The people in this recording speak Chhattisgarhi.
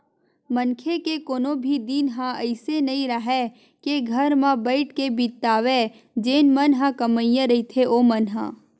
मनखे के कोनो भी दिन ह अइसे नइ राहय के घर म बइठ के बितावय जेन मन ह कमइया रहिथे ओमन ह